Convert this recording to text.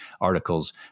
articles